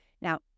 Now